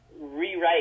rewrite